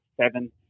seven